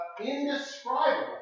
indescribable